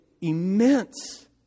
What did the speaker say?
immense